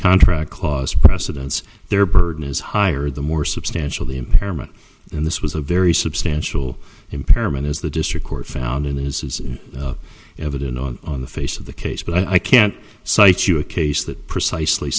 contract clause precedence their burden is higher the more substantial the impairment in this was a very substantial impairment as the district court found in his is evident on the face of the case but i can't cite you a case that precisely